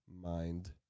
mind